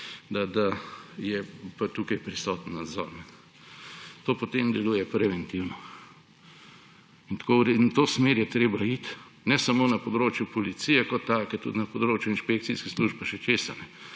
da je pa tukaj prisoten nadzor. To potem deluje preventivno. In v to smer je treba iti, ne samo na področju policije kot take, tudi na področju inšpekcijskih služb pa še česa.